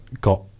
got